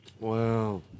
Wow